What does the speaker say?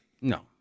No